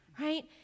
Right